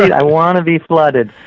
i want to be flooded.